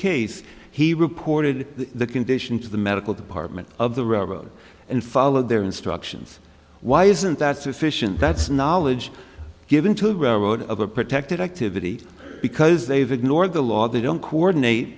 case he reported the condition to the medical department of the railroad and followed their instructions why isn't that sufficient that's knowledge given to road of a protected activity because they've ignored the law they don't coordinate